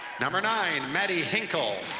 number nine, maddie hinkel.